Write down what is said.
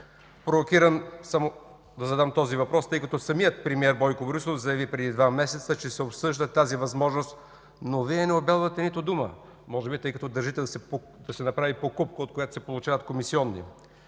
Провокиран съм да задам този въпрос, тъй като самият премиер Бойко Борисов заяви преди два месеца, че се обсъжда тази възможност, но Вие не обелвате нито дума, може би, тъй като държите да се направи покупка, от която се получават комисиони.